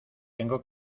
tengo